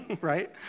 right